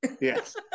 Yes